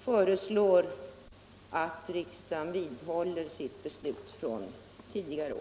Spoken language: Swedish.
föreslår att riksdagen vidhåller sitt beslut från tidigare år.